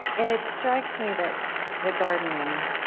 and it strikes me that the gardening